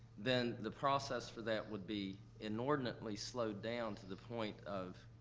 then the process for that would be inordinately slowed down to the point of,